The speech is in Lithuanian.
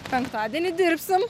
penktadienį dirbsim